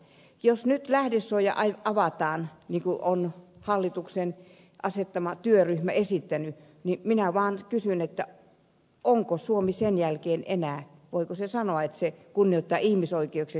jos nyt lähdesuoja avataan niin kuin on hallituksen asettama työryhmä esittänyt niin minä vaan kysyn voiko suomi sen jälkeen enää sanoa että se kunnioittaa ihmisoikeuksia se kunnioittaa demokratiaa